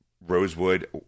Rosewood